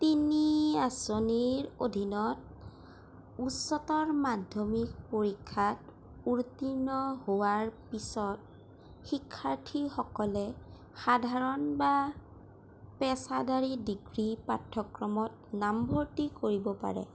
তিনি আঁচনিৰ অধীনত উচ্চতৰ মাধ্যমিক পৰীক্ষাত উত্তীৰ্ণ হোৱাৰ পিছত শিক্ষাৰ্থীসকলে সাধাৰণ বা পেছাদাৰী ডিগ্ৰী পাঠ্যক্ৰমত নামভৰ্তি কৰিব পাৰে